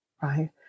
right